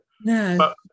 No